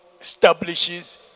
establishes